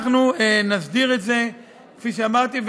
אנחנו נסדיר את זה כפי שאמרתי,